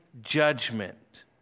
judgment